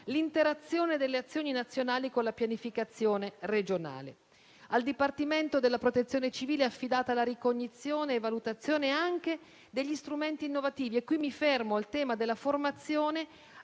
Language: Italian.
l'interazione delle azioni nazionali con la pianificazione regionale. Al Dipartimento della Protezione civile è affidata la ricognizione e valutazione anche degli strumenti innovativi e qui mi fermo al tema della formazione